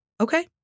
Okay